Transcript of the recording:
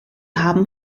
haben